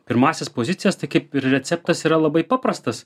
pirmąsias pozicijas tai kaip ir receptas yra labai paprastas